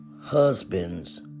husband's